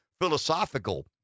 philosophical